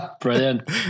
Brilliant